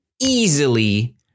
easily